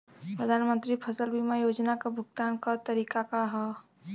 प्रधानमंत्री फसल बीमा योजना क भुगतान क तरीकाका ह?